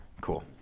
cool